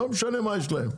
לא משנה מה יש להם.